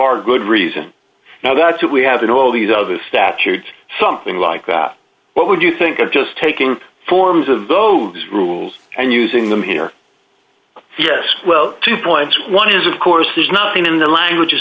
our good reason now that's what we have in all these other statutes something like that what would you think of just taking forms of those rules and using them here yes well two points one is of course there's nothing in the language